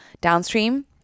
downstream